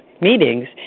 meetings